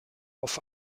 auf